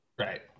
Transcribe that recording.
Right